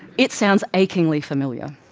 it sounds achingly familiar.